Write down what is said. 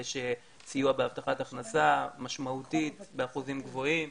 לבקש סיוע בהבטחת הכנסה משמעותית באחוזים גבוהים,